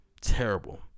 Terrible